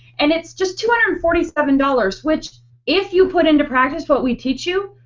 and it's just two hundred and forty seven dollars which if you put into practice what we teach you.